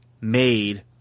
made